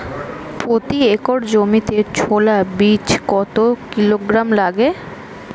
প্রতি একর জমিতে ছোলা বীজ কত কিলোগ্রাম লাগে?